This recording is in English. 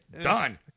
Done